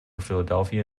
philadelphia